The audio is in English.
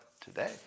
today